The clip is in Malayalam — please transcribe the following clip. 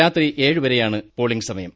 രാത്രി ഏഴ് വരെയാണ് പോളിംഗ് സമയം